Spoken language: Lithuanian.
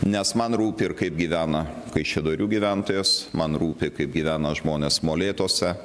nes man rūpi ir kaip gyvena kaišiadorių gyventojas man rūpi kaip gyvena žmonės molėtuose